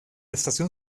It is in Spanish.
estación